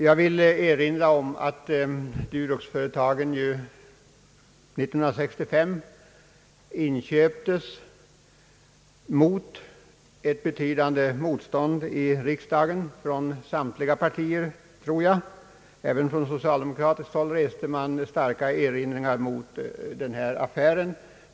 Jag vill erinra om att Durox 1965 inköptes trots ett betydande motstånd i riksdagen från som jag tror samtliga partier. Även på socialdemokratiskt håll restes starka erinringar mot denna affär.